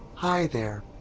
hi there.